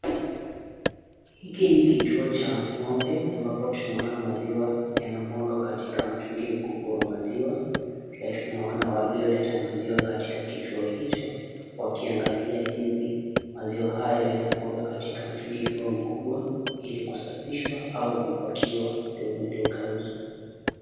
Hiki ni kituo cha ng'ombe ambapo tunaona maziwa yanamwagwa katika mtungi mkubwa wa maziwa. Pia tunaona walioleta maziwa katika kituo hicho, wakiangalia jinsi maziwa hayo yanamwagwa katika mtungi huo mkubwa, ili kusafishwa au kupackiwa ndio uende ukauzwe.